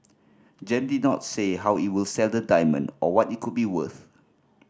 Gem did not say how it will sell the diamond or what it could be worth